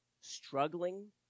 struggling